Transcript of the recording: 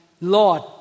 Lord